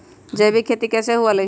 जैविक खेती कैसे हुआ लाई?